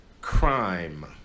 crime